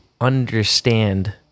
understand